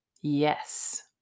Yes